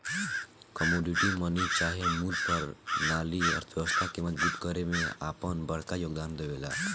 commodity money चाहे मूल परनाली अर्थव्यवस्था के मजबूत करे में आपन बड़का योगदान देवेला